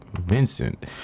vincent